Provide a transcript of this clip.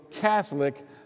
Catholic